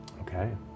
Okay